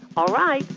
all right,